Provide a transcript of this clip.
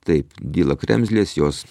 taip dyla kremzlės jos